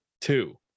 two